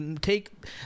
take